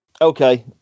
Okay